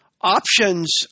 options